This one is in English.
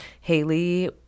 Haley